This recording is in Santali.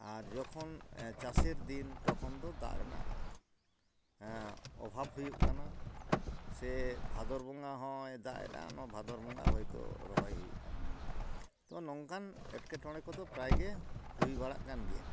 ᱟᱨ ᱡᱚᱠᱷᱚᱱ ᱪᱟᱥᱮᱨᱫᱤᱱ ᱛᱚᱠᱷᱚᱱᱫᱚ ᱫᱟᱜ ᱨᱮᱱᱟᱜ ᱚᱵᱷᱟᱵᱽ ᱦᱩᱭᱩᱜ ᱠᱟᱱᱟ ᱥᱮ ᱵᱷᱟᱫᱚᱨ ᱵᱚᱸᱜᱟ ᱦᱚᱸᱭ ᱫᱟᱜ ᱮᱫᱟ ᱵᱷᱟᱫᱚᱨ ᱵᱚᱸᱜᱟ ᱦᱚᱭᱛᱚ ᱨᱚᱦᱚᱭ ᱦᱩᱭᱩᱜ ᱠᱟᱱᱟ ᱛᱚ ᱱᱚᱝᱠᱟᱱ ᱮᱴᱠᱮᱴᱬᱮ ᱠᱚᱫᱚ ᱯᱨᱟᱭᱜᱮ ᱦᱩᱭ ᱵᱟᱲᱟᱜ ᱠᱟᱱᱜᱮᱭᱟ